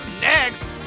next